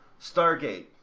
Stargate